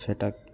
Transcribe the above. ସେଟା